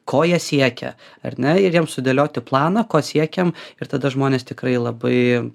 ko jie siekia ar ne ir jiem sudėlioti planą ko siekiam ir tada žmonės tikrai labai